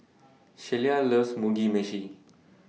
Shelia loves Mugi Meshi